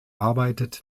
arbeitet